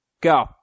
Go